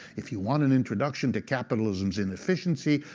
if you want an introduction to capitalism's inefficiency,